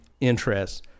interests